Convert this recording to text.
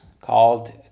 called